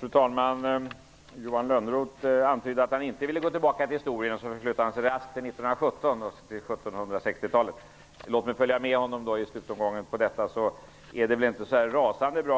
Fru talman! Johan Lönnroth antydde att han inte ville gå tillbaka till historien, så han begav sig raskt från 1760-talet till 1917. Låt mig då följa med honom. Att tala om vad som stod i ert program 1917 - året för